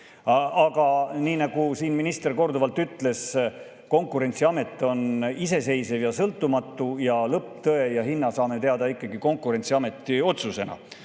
Aga nii, nagu siin minister korduvalt ütles, Konkurentsiamet on iseseisev ja sõltumatu ning lõpptõe ja hinna saame teada ikkagi Konkurentsiameti otsusena.